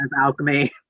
alchemy